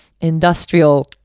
industrial